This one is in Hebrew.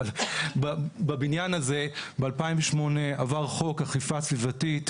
בבניין הזה ב-2008 עבר חוק אכיפה סביבתית,